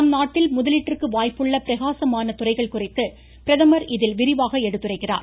நம்நாட்டில் முதலீட்டிற்கு வாய்ப்புள்ள பிரகாசமான துறைகள் குறித்து பிரதமர் இதில் விரிவாக எடுத்துரைக்கிறார்